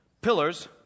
Pillars